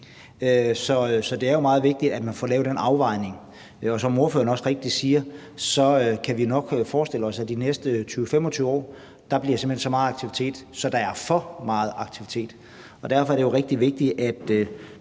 Så det er meget vigtigt, at man får lavet den afvejning. Som ordføreren også rigtigt siger, kan vi nok forestille os, at der de næste 20-25 år simpelt hen bliver så meget aktivitet, at der bliver for meget aktivitet. Derfor er det jo rigtig vigtigt, at